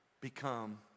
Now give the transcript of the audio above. become